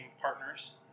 partners